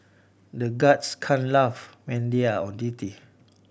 the guards can't laugh when they are on duty